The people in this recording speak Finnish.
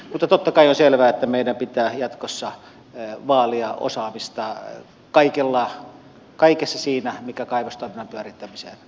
mutta totta kai on selvää että meidän pitää jatkossa vaalia osaamista kaikessa siinä mikä kaivostoiminnan pyörittämiseen liittyy